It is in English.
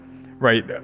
right